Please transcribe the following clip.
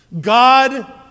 God